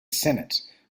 senate